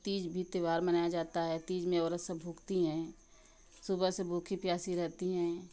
तीज भी त्यौहार मनाया जाता है तीज में औरत सब भूखती हैं सुबह से भूखी प्यासी रहती हैं